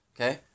Okay